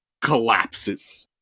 collapses